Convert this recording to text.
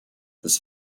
this